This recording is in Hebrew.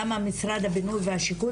למה משרד הבינוי והשיכון,